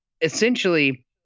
essentially